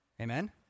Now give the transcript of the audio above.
Amen